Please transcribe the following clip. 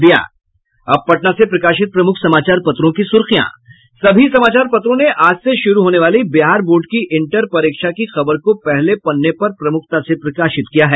अब पटना से प्रकाशित प्रमुख समाचार पत्रों की सुर्खियां सभी समाचार पत्रों ने आज से शुरू होने वाली बिहार बोर्ड की इंटर परीक्षा की खबर को पहले पन्ने पर प्रमुखता से प्रकाशित किया है